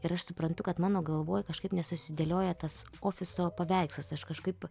ir aš suprantu kad mano galvoj kažkaip nesusidėlioja tas ofiso paveikslas aš kažkaip